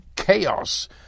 chaos